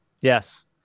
yes